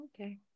okay